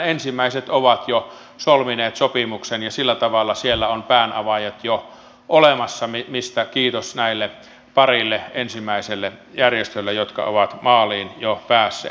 ensimmäiset ovat jo solmineet sopimuksen ja sillä tavalla siellä ovat päänavaajat jo olemassa mistä kiitos näille parille ensimmäiselle järjestölle jotka ovat maaliin jo päässeet